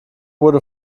wurde